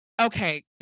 okay